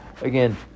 again